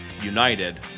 united